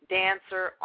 dancer